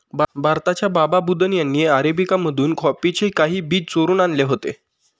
भारताच्या बाबा बुदन यांनी अरेबिका मधून कॉफीचे काही बी चोरून आणले होते